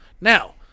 now